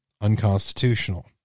unconstitutional